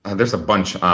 and there's a bunch. um